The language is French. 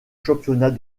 championnats